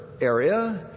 area